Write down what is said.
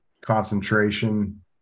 concentration